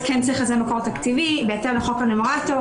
כן צריך לזה מקור תקציבי בהתאם לחוק הנומרטור.